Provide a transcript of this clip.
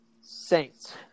Saints